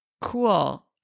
Cool